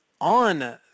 on